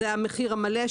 זה המחיר המלא,